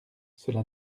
cela